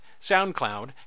SoundCloud